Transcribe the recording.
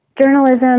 journalism